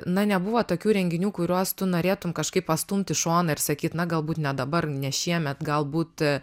na nebuvo tokių renginių kuriuos tu norėtum kažkaip pastumt į šoną ir sakyt na galbūt ne dabar ne šiemet galbūt